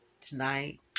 Tonight